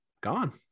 gone